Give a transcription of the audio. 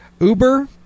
Uber